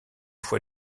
fois